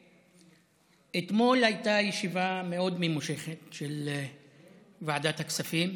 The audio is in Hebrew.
אתמול הייתה ישיבה מאוד ממושכת של ועדת הכספים.